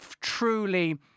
truly